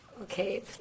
Okay